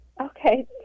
Okay